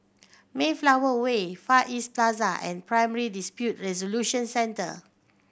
Mayflower Way Far East Plaza and Primary Dispute Resolution Centre